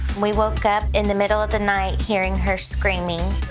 we woke up in the middle of the night hearing her screaming.